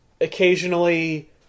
occasionally